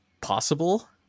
possible